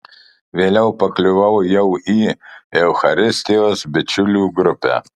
vėliau pakliuvau jau į eucharistijos bičiulių grupę